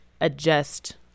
adjust